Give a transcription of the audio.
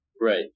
Right